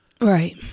right